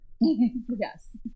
Yes